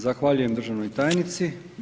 Zahvaljujem državnoj tajnici.